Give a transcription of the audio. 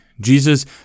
Jesus